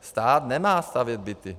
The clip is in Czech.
Stát nemá stavět byty.